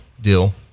deal